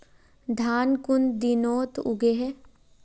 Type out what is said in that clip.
धान कुन दिनोत उगैहे